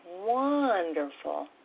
wonderful